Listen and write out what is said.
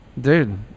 Dude